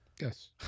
Yes